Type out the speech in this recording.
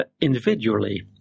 individually